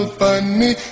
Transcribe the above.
funny